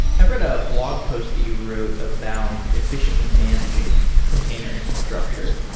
i've read a blog post that you wrote about effi ciently managing container infrastructure,